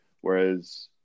whereas